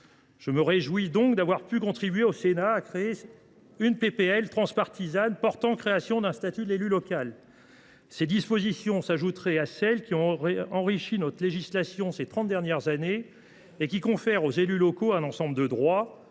Je me réjouis donc d’avoir pu contribuer, au Sénat, à la rédaction d’une proposition de loi transpartisane portant création d’un statut de l’élu local. Ses dispositions s’ajouteraient à celles qui ont enrichi notre législation ces trente dernières années et qui confèrent aux élus locaux un ensemble de droits,